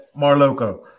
Marloco